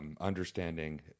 understanding